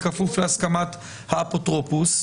בכפוף להסכמת האפוטרופוס,